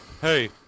hey –